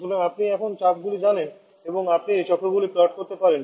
সুতরাং আপনি এখন চাপগুলি জানেন এবং আপনি চক্রগুলি প্লট করতে পারেন